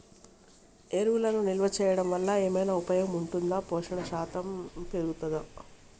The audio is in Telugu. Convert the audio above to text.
ఎరువులను నిల్వ చేయడం వల్ల ఏమైనా ఉపయోగం ఉంటుందా పోషణ శాతం పెరుగుతదా?